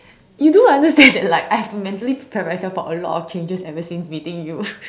you do understand that like I have to mentally prepare myself for a lot of changes ever since meeting you